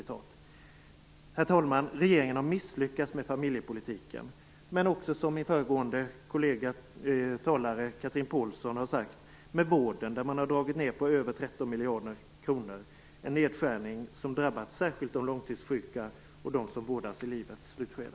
Herr talman! Regeringen har misslyckats med familjepolitiken, men också, som föregående talare Chatrine Pålsson har sagt, med vården. Man har gjort nedskärningar på över 13 miljarder kronor, något som särskilt har drabbat de långtidssjuka och de som vårdas i livets slutskede.